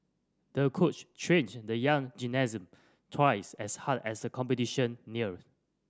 the coach trained the young gymnast twice as hard as the competition neared